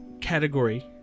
category